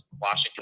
Washington